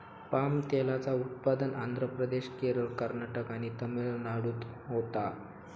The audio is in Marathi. पाम तेलाचा उत्पादन आंध्र प्रदेश, केरळ, कर्नाटक आणि तमिळनाडूत होता